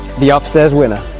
the upstairs winner!